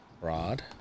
Rod